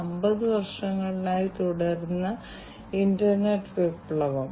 അതിനാൽ ഇത് ചെയ്യുന്നത് ഇതാണ് തുടർന്ന് ഞങ്ങൾക്കുണ്ട്